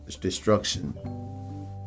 destruction